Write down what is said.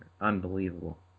unbelievable